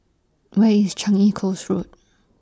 Where IS Changi Coast Road